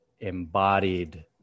embodied